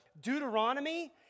Deuteronomy